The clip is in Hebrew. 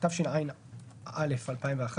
התשע"א-2011,